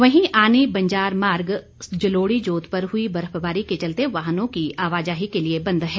वहीं आनी बंजार मार्ग जलोड़ी जोत पर हुई बर्फबारी के चलते वाहनों की आवाजाही के लिए बंद है